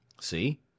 see